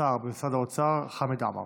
השר במשרד האוצר חמד עמאר.